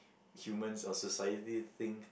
humans or society think